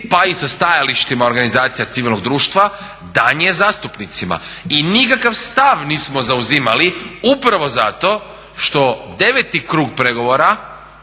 pa i sa stajalištima organizacija civilnog društva dan je zastupnicima i nikakav stav nismo zauzimali upravo zato što deveti krug pregovora